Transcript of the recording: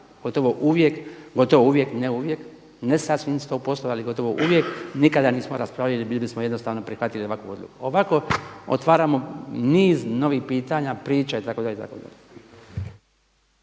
gotovo uvijek, ne uvijek, gotovo uvijek, ne sasvim sto posto ali gotovo uvijek nikada nismo raspravljali, bili smo jednostavno prihvatili ovakvu odluku. Ovako otvaramo niz novih pitanja, priča itd. **Petrov,